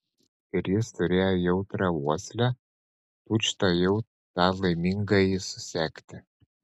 ir jis turėjo jautrią uoslę tučtuojau tą laimingąjį susekti